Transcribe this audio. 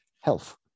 health